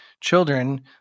children